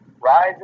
Rise